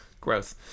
Gross